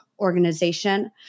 organization